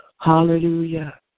Hallelujah